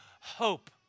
hope